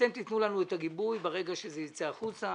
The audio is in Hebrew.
אתם תתנו לנו את הגיבוי ברגע שזה ייצא החוצה.